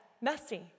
Messy